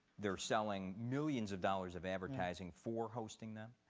they're selling millions of dollars of advertising for hosting them.